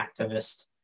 activist